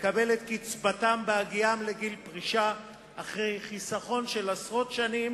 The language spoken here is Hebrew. לקבל את קצבתם בהגיעם לגיל פרישה אחרי חיסכון של עשרות שנים.